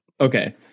Okay